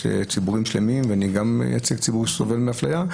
ציבורים שלמים וגם אני מייצג ציבור שסובל מאפליה,